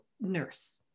nurse